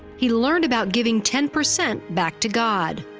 he learned about giving ten percent back to god.